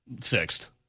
fixed